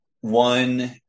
one